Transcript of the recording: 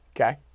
Okay